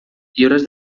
lliures